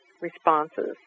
responses